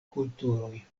kulturoj